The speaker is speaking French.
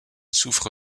souffre